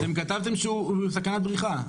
אתם כתבתם שהוא בסכנת בריחה.